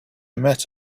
met